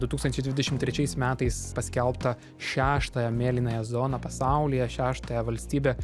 du tūkstančiai dvidešimt trečiais metais paskelbtą šeštąją mėlynąją zoną pasaulyje šeštąją valstybę